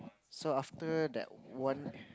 so after that one